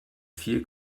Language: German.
viel